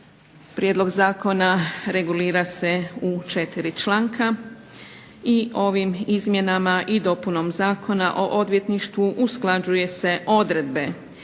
Prijedlog zakona i regulira se u četiri članka, i ovim izmjenama i dopunom Zakona o odvjetništvu usklađuju se odredbe,